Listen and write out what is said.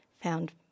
found